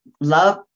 love